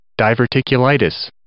Diverticulitis